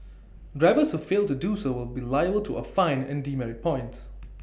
drivers who fail to do so will be liable to A fine and demerit points